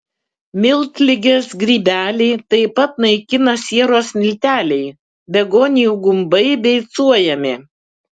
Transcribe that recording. miltligės grybelį taip pat naikina sieros milteliai begonijų gumbai beicuojami